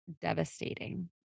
devastating